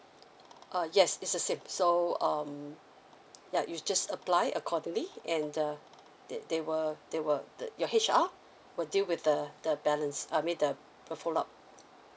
err yes it's the same so um yeah you just apply accordingly and err they they will they will the your H_R will deal with the the balance I mean the the follow up